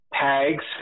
tags